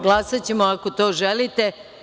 Glasaćemo ako to želite.